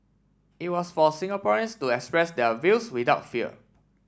it was for Singaporeans to express their views without fear